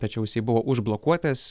tačiau jisai buvo užblokuotas